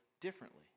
differently